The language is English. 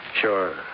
Sure